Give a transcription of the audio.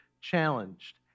challenged